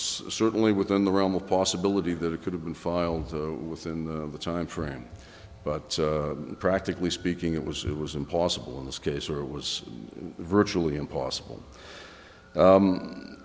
certainly within the realm of possibility that it could have been filed within the time frame but practically speaking it was it was impossible in this case or was virtually impossible